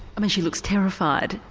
um and she looks terrified.